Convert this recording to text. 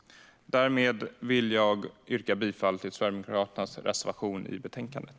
Därmed vill jag yrka bifall till Sverigedemokraternas reservation i betänkandet.